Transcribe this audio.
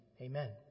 Amen